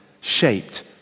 shaped